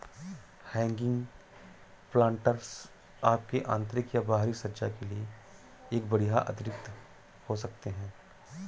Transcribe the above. hanging planters आपके आंतरिक या बाहरी सज्जा के लिए एक बढ़िया अतिरिक्त हो सकते है